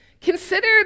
Consider